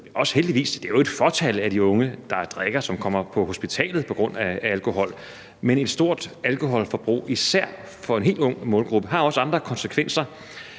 er et fåtal af de unge, der drikker, som kommer på hospitalet på grund af alkohol. Men et stort alkoholforbrug, især for en helt ung målgruppe, har også andre konsekvenser.